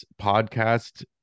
podcast